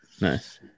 Nice